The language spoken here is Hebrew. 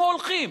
לאן הם הולכים?